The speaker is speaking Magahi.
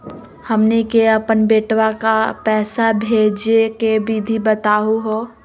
हमनी के अपन बेटवा क पैसवा भेजै के विधि बताहु हो?